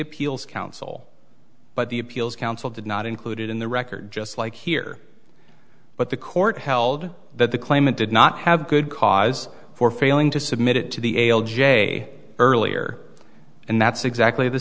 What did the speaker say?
appeals council but the appeals council did not include it in the record just like here but the court held that the claimant did not have good cause for failing to submit it to the ale j earlier and that's exactly the